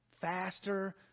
faster